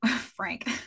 Frank